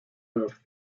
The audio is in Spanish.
los